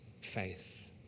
faith